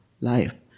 life